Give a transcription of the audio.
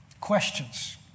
Questions